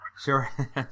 Sure